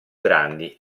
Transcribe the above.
grandi